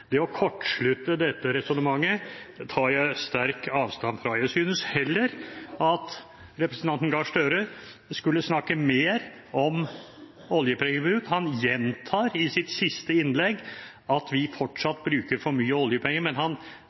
Det å kortslutte dette resonnementet tar jeg sterk avstand fra. Jeg synes heller at representanten Gahr Støre skulle snakke mer om oljepengebruk. Han gjentar i sitt siste innlegg at vi fortsatt bruker for mye oljepenger, men han